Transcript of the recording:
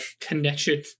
connection